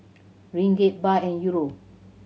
Ringgit Baht and Euro